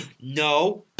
No